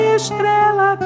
estrela